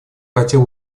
хотел